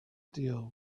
deal